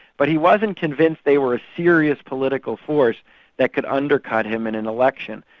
but he wasn't convinced they were a serious political force that could undercut him in an election.